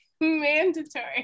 mandatory